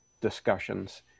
discussions